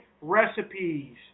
recipes